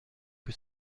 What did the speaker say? que